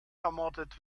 ermordet